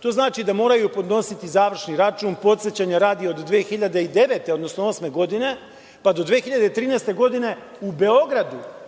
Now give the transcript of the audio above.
To znači da moraju podnositi završni račun. Podsećanja radi, od 2009. godine, odnosno 2008. godine pa do 2013. godine u Beogradu